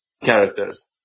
characters